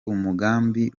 umugambi